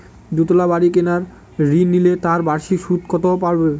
দুতলা বাড়ী কেনার ঋণ নিলে তার বার্ষিক সুদ কত পড়বে?